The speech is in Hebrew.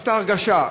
יש הרגשה,